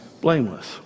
Blameless